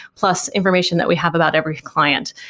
plus information that we have about every client.